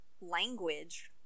language